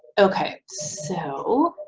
okay, so,